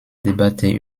debatte